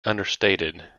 understated